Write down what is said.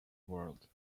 world